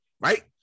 right